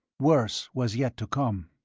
worse was yet to come.